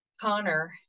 Connor